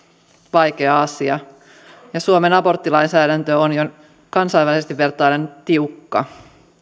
vaikea asia ja suomen aborttilainsäädäntö on jo kansainvälisesti vertaillen tiukka